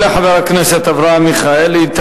תודה לחבר הכנסת אברהם מיכאלי.